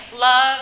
love